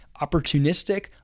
opportunistic